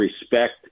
respect